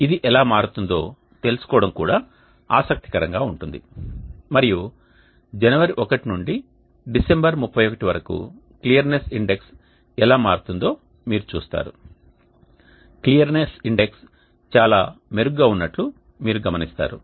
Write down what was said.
ఇది ఎలా మారుతుందో తెలుసుకోవడం కూడా ఆసక్తికరంగా ఉంటుంది మరియు జనవరి 1 నుండి డిసెంబర్ 31 వరకు క్లియర్ నెస్ ఇండెక్స్ ఎలా మారుతుందో మీరు చూస్తారు క్లియర్నెస్ ఇండెక్స్ చాలా మెరుగ్గా ఉన్నట్లు మీరు గమనిస్తారు